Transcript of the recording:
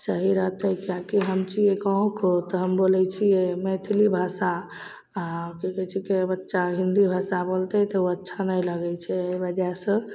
सही रहतै किएकी छियै गाँवकऽ तऽ हम बोलैत छियै मैथिलीभाषा आ की कहैत छिकै बच्चा हिन्दी भाषा बोलतै तऽ ओ अच्छा नहि लगै छै ओहि बजह से